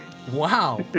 Wow